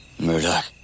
Murdoch